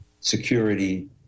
security